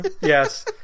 yes